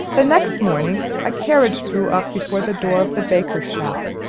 the next morning a carriage drew up before the door of the baker's shop,